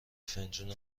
فنجون